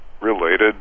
related